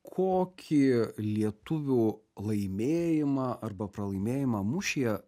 kokį lietuvių laimėjimą arba pralaimėjimą mūšyje